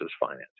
financing